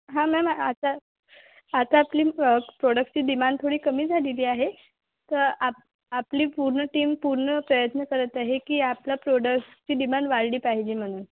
हां मॅम आ आता आता आपली प्रोडक्टची डिमांड थोडी कमी झालेली आहे तर आप आपली पूर्ण टीम पूर्ण प्रयत्न करत आहे की आपल्या प्रोडक्टची डिमांड वाढली पाहिजे म्हणून